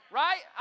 right